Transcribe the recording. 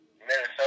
Minnesota